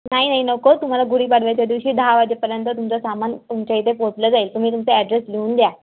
नाही नाही नको तुम्हाला गुडीपाडव्याच्या दिवशी दहा वाजेपर्यंत तुमचं सामान तुमच्या इथं पोहोचवलं जाईल तुम्ही तुमचा ॲड्रेस लिहून द्या